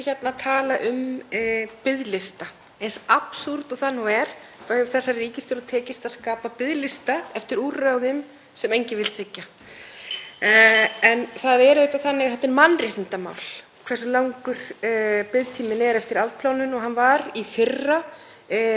Það er auðvitað mannréttindamál hversu langur biðtíminn er eftir afplánun. Hann var í fyrra að jafnaði um sjö mánuðir og í einhverjum tilvikum lengri. Þetta gerir það að verkum að menn sem hafa hlotið dóma eru í einhverjum tilvikum komnir á allt annan og betri stað